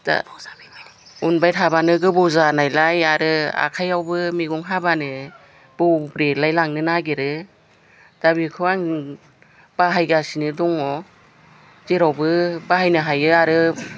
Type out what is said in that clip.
दा उनबाय थाब्लानो गोबौ जानायलाय आरो आखाइयावबो मैगं हाब्लानो बौब्रेलाय लांनो नागेरो दा बेखौ आं बाहायगासिनो दङ जेरावबो बाहायनो हायो आरो